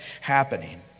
happening